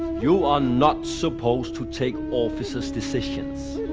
you are not supposed to take officers' decisions.